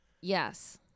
Yes